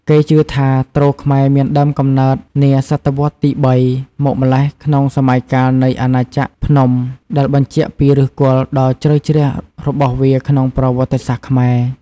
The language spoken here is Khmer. គេជឿថា ទ្រខ្មែរមានដើមកំណើតនាសតវត្សរ៍ទី៣ មកម្ល៉េះក្នុងសម័យកាលនៃអាណាចក្រភ្នំដែលបញ្ជាក់ពីឫសគល់ដ៏ជ្រៅជ្រះរបស់វាក្នុងប្រវត្តិសាស្ត្រខ្មែរ។